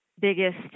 biggest